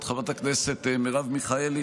ואת חברת הכנסת מרב מיכאלי,